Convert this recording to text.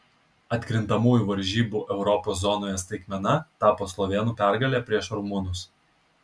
atkrintamųjų varžybų europos zonoje staigmena tapo slovėnų pergalė prieš rumunus